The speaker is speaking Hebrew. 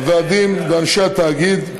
הוועדים ואנשי התאגיד,